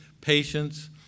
patience